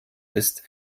ist